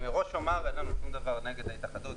מראש אני אומר שאין לנו שום דבר נגד ההתאחדות,